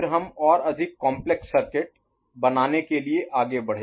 फिर हम और अधिक काम्प्लेक्स Complex जटिल सर्किट बनाने के लिए आगे बढ़े